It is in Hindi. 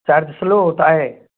चार्ज स्लो होता है